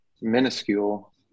minuscule